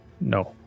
No